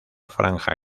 franja